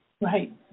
Right